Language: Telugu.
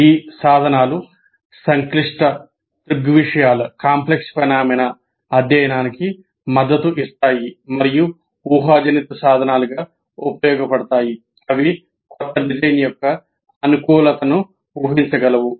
ఈ సాధనాలు సంక్లిష్ట దృగ్విషయాల అధ్యయనానికి మద్దతు ఇస్తాయి మరియు ఊహాజనిత సాధనాలుగా ఉపయోగపడతాయి అవి కొత్త డిజైన్ యొక్క అనుకూలతను ఊహించ గలవు